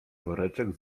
woreczek